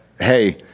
hey